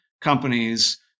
companies